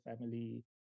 family